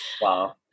Wow